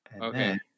Okay